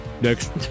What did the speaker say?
Next